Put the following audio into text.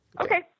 Okay